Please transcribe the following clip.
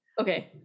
Okay